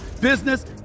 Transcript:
business